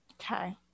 Okay